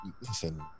listen